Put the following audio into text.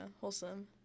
wholesome